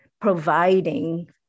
providing